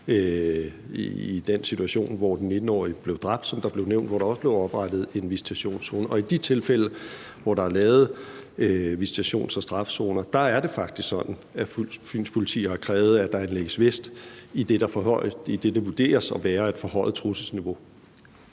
i den situation, hvor den 19-årige blev dræbt, som der blev nævnt, også oprettet en visitationszone, og i de tilfælde, hvor der er lavet visitations- og strafzoner, er det faktisk sådan, at Fyns politi har krævet, at der anlægges vest, idet der vurderes at være et forhøjet trusselsniveau.